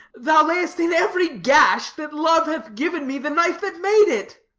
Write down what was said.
thou lay'st in every gash that love hath given me the knife that made it.